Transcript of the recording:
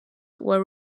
were